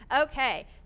Okay